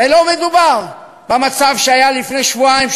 הרי לא מדובר במצב שהיה לפני שבועיים,